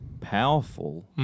Powerful